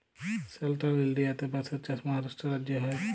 central ইলডিয়াতে বাঁশের চাষ মহারাষ্ট্র রাজ্যে হ্যয়